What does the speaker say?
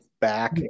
back